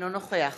אינו נוכח